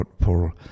poor